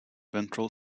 ventral